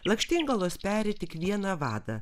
lakštingalos peri tik vieną vadą